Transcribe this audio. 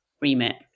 remit